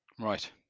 Right